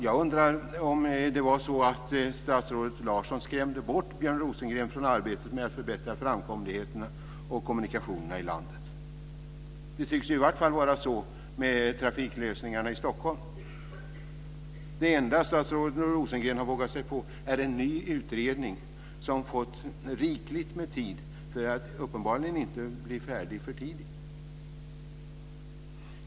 Jag undrar om det var så att statsrådet Larsson skrämde bort Björn Rosengren från arbetet med att förbättra framkomligheten och kommunikationerna i landet. Det tycks ju i vart fall vara så med trafiklösningarna i Stockholm. Det enda som statsrådet Rosengren har vågat sig på är en ny utredning som får rikligt med tid för att uppenbarligen inte bli färdig för tidigt.